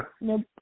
Nope